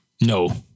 No